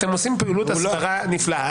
אתם עושים פעילות הסברה נפלאה.